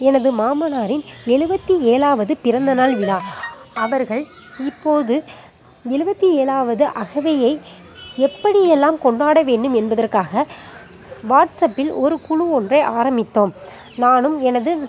எனது மாமனாரின் எழுவத்தி ஏழாவது பிறந்தநாள் விழா அவர்கள் இப்போது எழுவத்தி ஏழாவது அகவையை எப்படி எல்லாம் கொண்டாட வேண்டும் என்பதற்காக வாட்ஸ்அப்பில் ஒரு குழு ஒன்றை ஆரம்பித்தோம் நானும் எனது